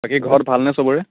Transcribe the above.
বাকী ঘৰত ভালনে চবৰে